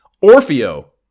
orfeo